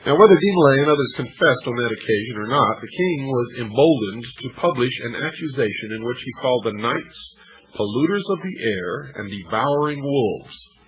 and whether de molay and others confessed on that occasion or not, the king was emboldened to publish an accusation, in which he called the knights polluters of the error and devouring wolves.